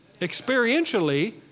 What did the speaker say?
Experientially